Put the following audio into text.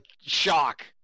shock